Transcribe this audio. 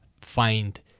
find